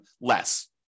less